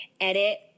edit